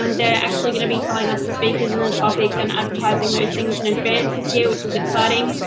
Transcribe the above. um they're actually gonna be telling us the speakers and the topics and advertising those things in advance this year, which is exciting,